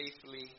safely